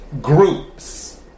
groups